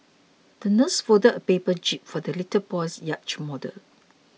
the nurse folded a paper jib for the little boy's yacht model